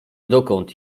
dokąd